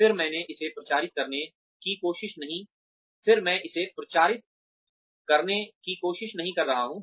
फिर मैं इसे प्रचारित करने की कोशिश नहीं कर रहा हूँ